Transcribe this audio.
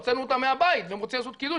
הוצאנו אותם מהבית והם רוצים לעשות קידוש,